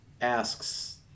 asks